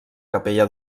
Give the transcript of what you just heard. capella